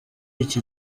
iki